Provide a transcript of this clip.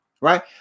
Right